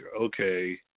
okay